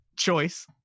Choice